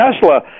Tesla